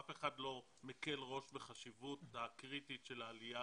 אף אחד לא מקל ראש בחשיבות הקריטית של העלייה